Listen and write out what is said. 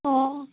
অঁ